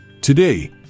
Today